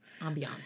Ambiance